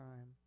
time